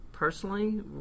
Personally